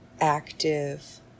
active